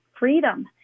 freedom